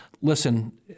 Listen